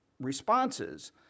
responses